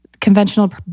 conventional